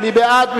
מי בעד?